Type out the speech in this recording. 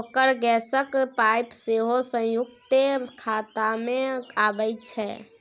ओकर गैसक पाय सेहो संयुक्ते खातामे अबैत छै